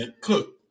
Cook